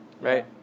Right